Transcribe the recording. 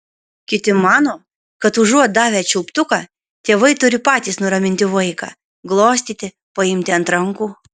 kiti mano kad užuot davę čiulptuką tėvai turi patys nuraminti vaiką glostyti paimti ant rankų